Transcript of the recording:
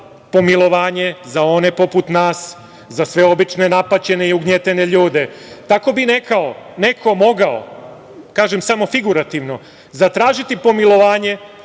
pomilovanje za one poput nas, za sve obične, napaćene i ugnjetene ljude. Tako bi neko mogao, kažem samo figurativno, zatražiti pomilovanje